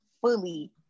fully